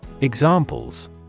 Examples